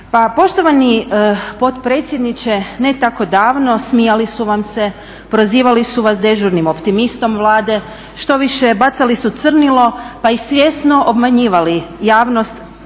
poštovani potpredsjedniče, ne tako davno smijali su vam se, prozivali su vas dežurnim optimistom Vlade. Štoviše bacali su crnilo pa i svjesno obmanjivali javnost